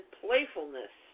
playfulness